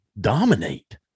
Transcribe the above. dominate